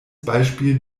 beispiel